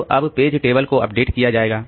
तो अब page table को अपडेट किया जाएगा